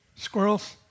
squirrels